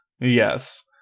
Yes